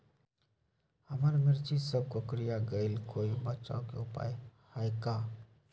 हमर मिर्ची सब कोकररिया गेल कोई बचाव के उपाय है का?